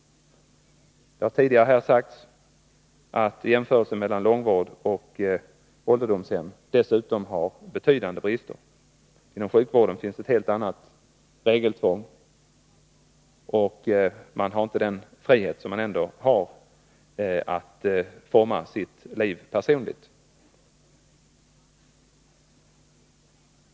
Det har tidigare sagts att jämförelsen mellan långvård och vård på ålderdomshem har betydande brister. Inom sjukvården finns det ett helt annat regeltvång, och man har inte friheten att utforma sitt liv personligt.